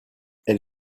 elle